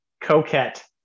Coquette